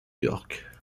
york